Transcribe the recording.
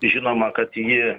žinoma kad ji